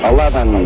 Eleven